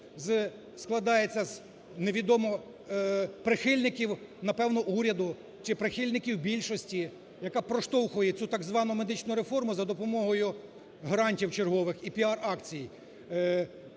складається з невідомо прихильників, напевно, уряду чи прихильників більшості, яка проштовхує цю так звану медичну реформу за допомогою грантів чергових і піар-акцій.